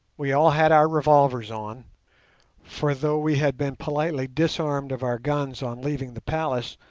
we all had our revolvers on for though we had been politely disarmed of our guns on leaving the palace,